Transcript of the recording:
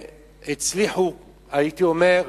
הצליחו, הייתי אומר,